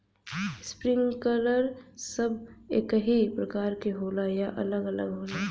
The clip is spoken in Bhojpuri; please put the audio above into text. इस्प्रिंकलर सब एकही प्रकार के होला या अलग अलग होला?